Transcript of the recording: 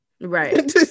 right